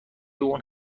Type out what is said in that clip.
اون